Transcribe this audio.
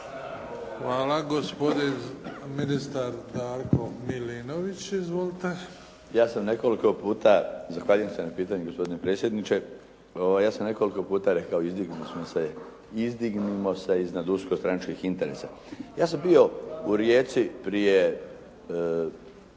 Hvala. Gospodin ministar Darko Milinović. Izvolite. **Milinović, Darko (HDZ)** Ja sam nekoliko puta … Zahvaljujem se na pitanju gospodine predsjedniče. Ja sam nekoliko puta rekao, izdignimo se iznad uskostranačkih interesa. Ja sam bio u Rijeci prije